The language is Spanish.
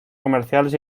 comerciales